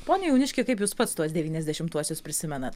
pone jauniški kaip jūs pats tuos devyniasdešimtuosius prisimenat